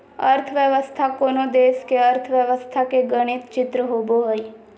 अर्थव्यवस्था कोनो देश के अर्थव्यवस्था के गणित चित्र होबो हइ